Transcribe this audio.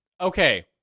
Okay